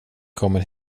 kommer